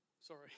Sorry